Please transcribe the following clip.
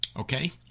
okay